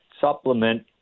supplement